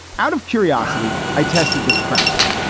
out of curiosity, i tested this premise.